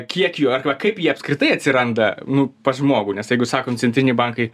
kiek jų arba kaip jie apskritai atsiranda nu pas žmogų nes jeigu sakom centriniai bankai